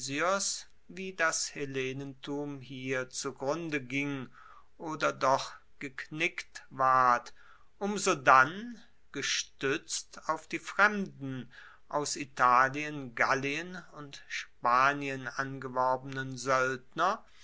wie das hellenentum hier zugrunde ging oder doch geknickt ward um sodann gestuetzt auf die fremden aus italien gallien und spanien angeworbenen soeldner